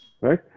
right